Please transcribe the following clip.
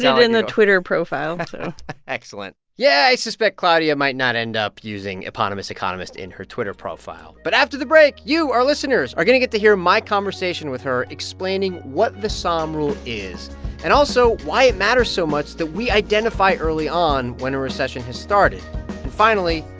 so in the twitter profile but excellent yeah, i suspect claudia might not end up using eponymous economist in her twitter profile. but after the break, you, our listeners, are going to get to hear my conversation with her explaining what the sahm rule is and also why it matters so much that we identify early on when a recession has started and finally,